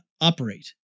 operate